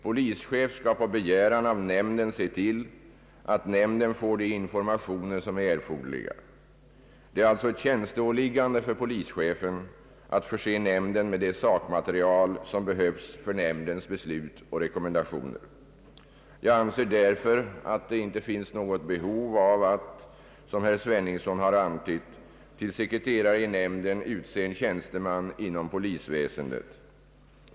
Polischef skall på begäran av nämnden se till att nämnden får de informationer som är erforderliga. Det är alltså ett tjänsteåliggande för polischefen att förse nämnden med det sakmaterial som behövs för nämndens beslut och rekommendationer. Jag anser därför att det inte finns något behov av att, som herr Sveningsson har antytt, till sekreterare i nämnden utse en tjänsteman inom polisväsendet.